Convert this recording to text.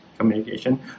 Communication